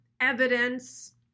evidence